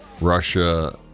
Russia